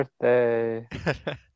birthday